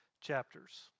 chapters